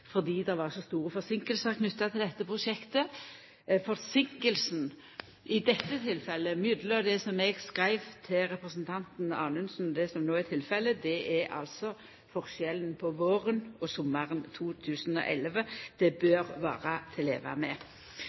fordi det var så store forseinkingar knytte til dette prosjektet. Forseinkinga i det tilfellet som eg skreiv om til representanten Anundsen, og det som no er tilfellet, går altså på det som er forskjellen mellom våren og sommaren 2011. Det bør vera til å leva med.